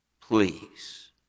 please